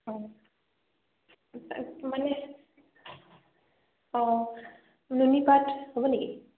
অঁ পাট মানে অঁ নুনী পাট হ'ব নেকি